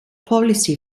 policy